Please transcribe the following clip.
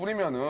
me me on